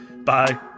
Bye